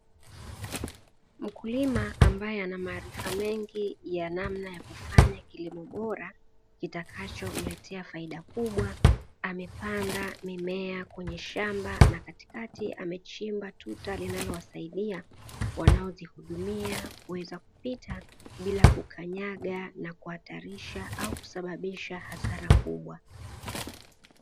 Mkulima ambaye ana maarifa mengi ya kufanya kilimo bora, kitakacho mletea faida kubwa. Amepanda mimea kwenye shamba na katikati amechimba tuta ambalo litakalowasaidia wanaozitumia kuweza kupita bila kukanyaga au kuleta hasara kubwa.